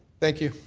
thank you.